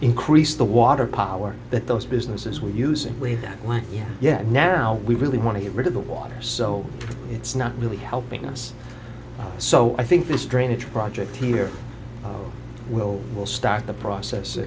increase the water power that those businesses were using way that like yeah yeah now we really want to get rid of the water so it's not really helping us so i think this drainage project here will will start the process